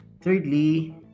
Thirdly